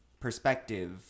perspective